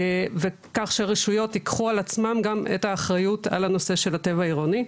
כך שהרשויות ייקחו על עצמן את האחריות על הנושא של הטבע העירוני,